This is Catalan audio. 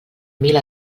mil